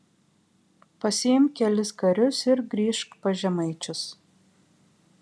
pasiimk kelis karius ir grįžk pas žemaičius